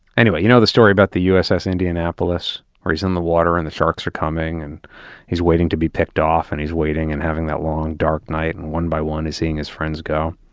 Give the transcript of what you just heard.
anyway, you know the story about the uss indianapolis, where he's in the water and the sharks are coming, and he's waiting to be picked off and he's waiting and having that long, dark night, and one by one he's seeing his friends go.